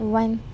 one